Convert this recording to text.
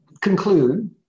conclude